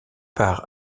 part